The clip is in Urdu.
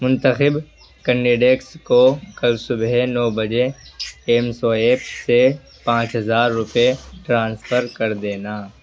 منتخب کنڈیڈیٹس کو کل صبح نو بجے ایم سو ایپ سے پانچ ہزار روپے ٹرانسفر کر دینا